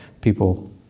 people